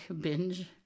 binge